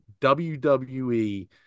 WWE